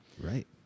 Right